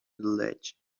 ledge